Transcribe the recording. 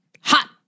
hot